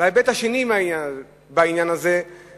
וההיבט השני בעניין הזה הוא